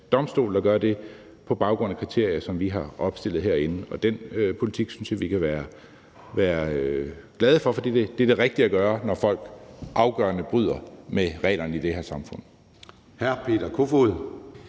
domstol, der gør det på baggrund af kriterier, som vi har opstillet herinde. Den politik synes jeg vi kan være glade for, for det er det rigtige at gøre, når folk afgørende bryder med reglerne i det her samfund.